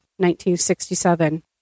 1967